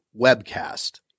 webcast